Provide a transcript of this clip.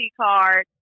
card